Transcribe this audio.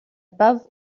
above